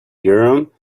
urim